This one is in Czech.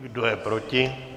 Kdo je proti?